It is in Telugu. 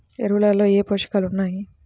ఎరువులలో ఏ పోషకాలు ఉన్నాయి?